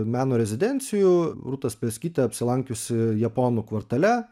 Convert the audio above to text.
meno rezidencijų rūta spelskytė apsilankiusi japonų kvartale